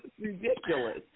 ridiculous